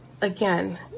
again